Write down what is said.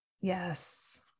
Yes